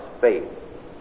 faith